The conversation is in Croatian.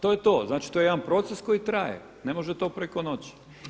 To je to, dakle to je jedan proces koji traje, ne može to preko noći.